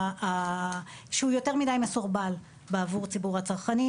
שהוא יותר מדי מסורבל בעבור ציבור הצרכנים.